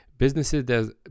Businesses